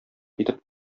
итеп